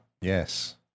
Yes